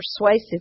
persuasive